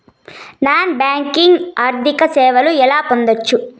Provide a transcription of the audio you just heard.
Non banking ఆర్థిక సేవలు ఎలా పొందొచ్చు?